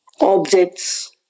objects